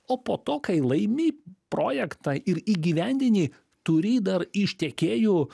o po to kai laimi projektą ir įgyvendini turi dar iš tiekėjų